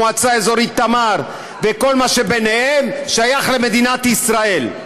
מועצה אזורית תמר וכל מה שביניהם שייך למדינת ישראל.